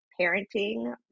Parenting